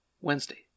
Wednesday